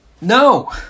No